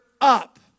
up